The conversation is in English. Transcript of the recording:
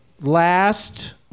last